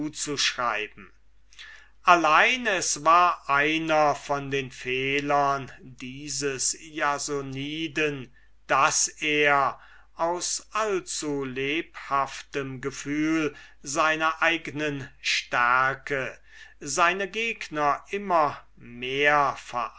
mute zuzuschreiben allein es war einer von den fehlern dieses jasoniden daß er aus allzulebhaftem gefühl seiner eignen stärke seine gegner immer mehr